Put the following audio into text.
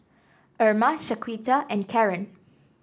Erma Shaquita and Karren